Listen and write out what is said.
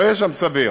לא יהיה שם סביר.